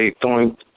throwing